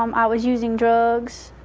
um i was using drugs,